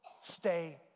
Stay